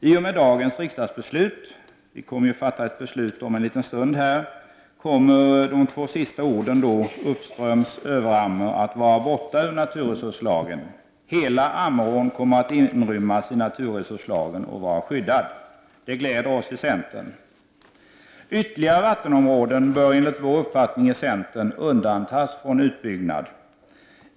I och med dagens riksdagsbeslut, som vi fattar om en stund, kommer orden ”uppströms Överammer” att var borta ur NRL. Hela Ammerån kommer att inrymmas i naturresurslagen och vara skyddad. Det gläder oss i centern. Ytterligare vattenområden bör enligt centerns uppfattning undantas från utbyggnad.